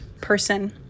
person